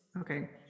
Okay